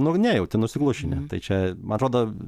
nu nejauti nusiglušini tai čia man atrodo